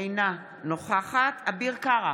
אינה נוכחת אביר קארה,